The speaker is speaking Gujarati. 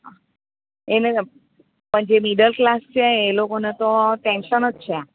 એને પણ જે મિડલ ક્લાસ છે એ લોકોને તો ટેન્શન જ છે